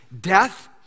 Death